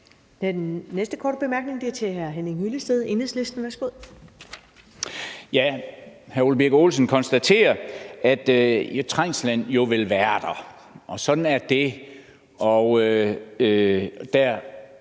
Den næste korte bemærkning er til hr. Henning Hyllested, Enhedslisten. Værsgo. Kl. 18:49 Henning Hyllested (EL): Hr. Ole Birk Olesen konstaterer, at trængslen jo vil være der, og sådan er det.